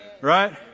right